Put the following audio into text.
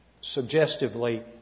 suggestively